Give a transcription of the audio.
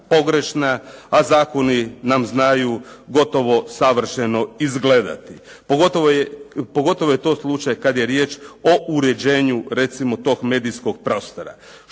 pogrešna a zakoni nam znaju gotovo savršeno izgledati. Pogotovo je to slučaj kad je riječ o uređenju recimo tog medijskog prostora.